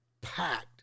packed